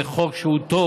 זה חוק שהוא טוב.